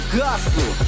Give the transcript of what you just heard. gospel